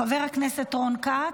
חבר הכנסת רון כץ,